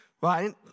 Right